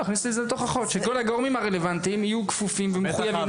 הגורמים הרלוונטיים יהיו כפופים ומחויבים